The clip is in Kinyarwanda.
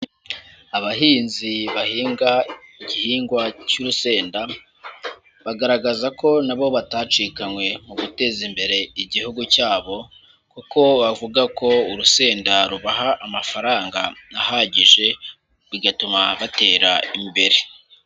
Abahinzi bahinga igihingwa cy'urusenda, bagaragaza ko na bo batacikanywe mu guteza imbere igihugu cyabo, kuko bavuga ko urusenda rubaha amafaranga ahagije, bigatuma batera imbere.